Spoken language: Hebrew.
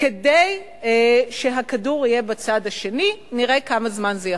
כדי שהכדור יהיה בצד השני, נראה כמה זמן זה יחזיק.